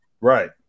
right